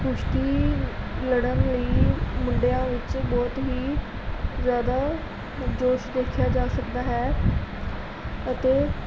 ਕੁਸ਼ਤੀ ਲੜਨ ਲਈ ਮੁੰਡਿਆਂ ਵਿੱਚ ਬਹੁਤ ਹੀ ਜ਼ਿਆਦਾ ਜੋਸ਼ ਦੇਖਿਆ ਜਾ ਸਕਦਾ ਹੈ ਅਤੇ